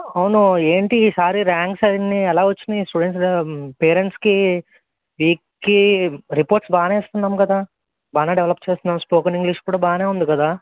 అవును ఏంటి ఈసారి ర్యాంక్స్ అన్నీ అలా వచ్చాయి స్టుడెంట్స్ పేరెంట్స్కి వీక్కి రిపోర్ట్స్ బాగానే ఇస్తున్నాము కదా బాగానే డెవలప్ చేస్తున్నాము స్పోకెన్ ఇంగ్లీష్ కూడా బాగానే ఉంది కదా